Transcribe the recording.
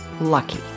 Lucky